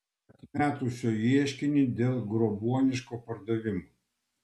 atmetusio ieškinį dėl grobuoniško pardavimo